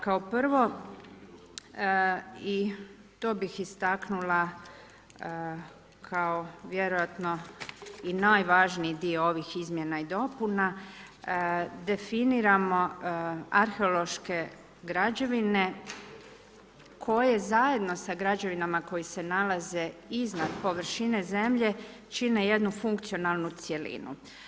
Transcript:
Kao prvo, i to bih istaknula kao vjerojatno i najvažniji dio ovih izmjena i dopuna, definiramo arheološke građevine koje zajedno sa građevinama koji se nalaze iznad površine zemlje čine jednu funkcionalnu cjelinu.